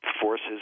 forces